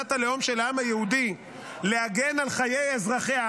מדינת הלאום של העם היהודי להגן על חיי אזרחיה,